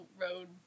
road